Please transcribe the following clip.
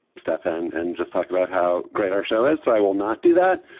stefan, and just talk about how great our show is. so i will not do that.